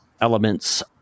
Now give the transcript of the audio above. elements